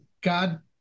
God